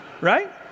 Right